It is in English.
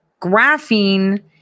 Graphene